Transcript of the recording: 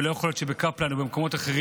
ולא יכול להיות שבקפלן או במקומות אחרים,